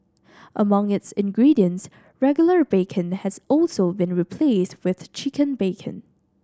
among its ingredients regular bacon has also been replaced with chicken bacon